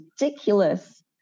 ridiculous